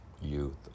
youth